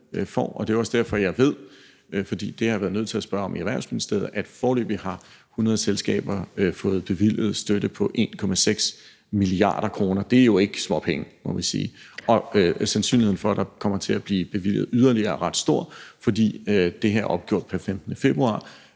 i Erhvervsministeriet, at foreløbig har 100 selskaber fået bevilliget støtte på 1,6 mia. kr. Det er jo ikke småpenge, må man sige. Og sandsynligheden for, at der vil blive bevilget yderligere støtte, er ret stor, for det her er opgjort pr. 15. februar,